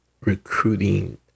recruiting